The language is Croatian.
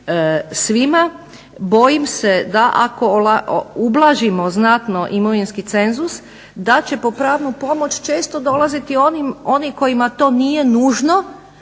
svima. Bojim se da ako ublažimo znatno imovinski cenzus da će po pravnu pomoć često dolaziti oni kojima to nije nužno,